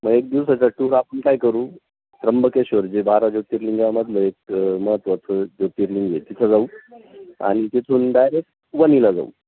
मग एक दिवसाचा टूर आपण काय करू त्र्यंबकेश्वर जे बारा ज्योतिर्लिंगामधलं एक महत्त्वाचं ज्योतिर्लिंग आहे तिथं जाऊ आणि तिथून डायरेक वणीला जाऊ